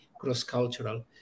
cross-cultural